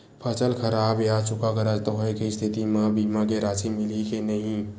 फसल खराब या सूखाग्रस्त होय के स्थिति म बीमा के राशि मिलही के नही?